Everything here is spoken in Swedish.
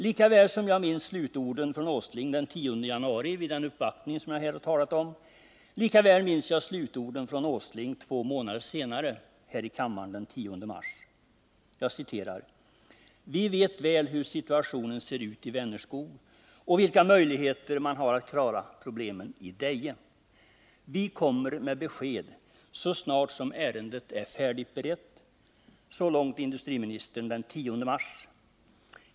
Lika väl som jag minns slutorden från herr Åsling den 10 januari vid den uppvaktning som jag har talat om, lika väl minns jag hans slutord här i kammaren två månader senare, den 10 mars: ”Vi vet väl hur situationen ser ut i Vänerskog och vilka möjligheter man har att klara problemen i Deje. Vi kommer med ett besked så snart som ärendet är färdigberett.” Så långt industriministern den 10 mars.